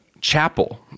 chapel